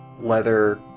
leather-